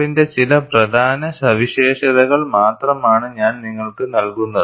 കോഡിന്റെ ചില പ്രധാന സവിശേഷതകൾ മാത്രമാണ് ഞാൻ നിങ്ങൾക്ക് നൽകുന്നത്